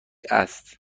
است